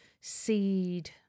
seed